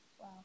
wow